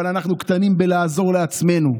אבל אנחנו קטנים בלעזור לעצמנו,.